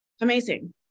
Amazing